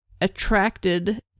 attracted